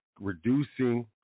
reducing